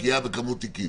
כולנו זמניים.